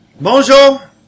Bonjour